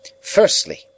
firstly